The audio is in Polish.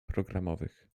programowych